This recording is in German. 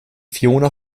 fiona